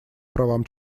правам